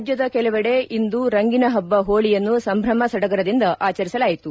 ರಾಜ್ಞದ ಕೆಲವೆಡೆ ಇಂದು ರಂಗಿನ ಹಬ್ಬ ಹೋಳಿಯನ್ನು ಸಂಭಮ ಸಡಗರದಿಂದ ಆಚರಿಸಲಾಯಿತು